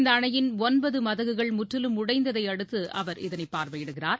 இந்தஅணையின் ஒன்பதுமதகுகள் முற்றிலும் உடைந்ததையடுத்துஅவர் இதனைபார்வையிடுகிறார்